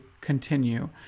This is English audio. continue